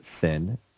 thin